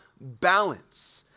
balance